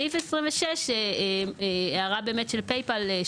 בסעיף 26 הייתה הערה של PayPal,